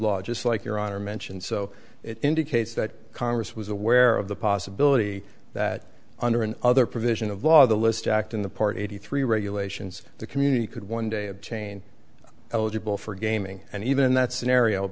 law just like your honor mentioned so it indicates that congress was aware of the possibility that under an other provision of law the list act in the port eighty three regulations the community could one day a chain eligible for gaming and even in that scenario